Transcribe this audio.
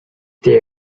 there